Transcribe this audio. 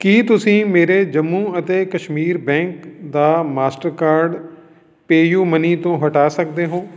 ਕੀ ਤੁਸੀਂਂ ਮੇਰੇ ਜੰਮੂ ਅਤੇ ਕਸ਼ਮੀਰ ਬੈਂਕ ਦਾ ਮਾਸਟਰਕਾਰਡ ਪੇਅਯੂ ਮਨੀ ਤੋਂ ਹਟਾ ਸਕਦੇ ਹੋ